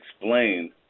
explain